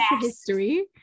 history